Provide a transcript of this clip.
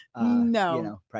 No